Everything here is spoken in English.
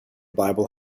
bible